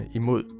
imod